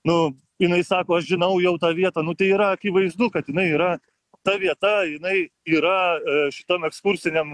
nu jinai sako aš žinau jau tą vietą nu tai yra akivaizdu kad jinai yra ta vieta jinai yra šitam ekskursiniam